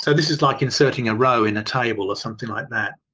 so this is like inserting a row in a table or something like that.